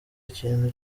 ikintu